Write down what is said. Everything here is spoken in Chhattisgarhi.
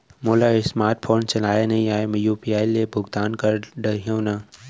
मोला स्मार्ट फोन चलाए नई आए मैं यू.पी.आई ले भुगतान कर डरिहंव न?